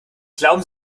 glauben